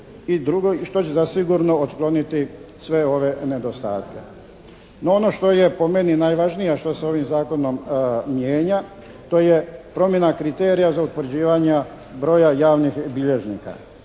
i drugo što će zasigurno otkloniti sve ove nedostatke. No, ono što je po meni najvažnije a što se ovim zakonom mijenja to je promjena kriterija za utvrđivanje broja javnih bilježnika.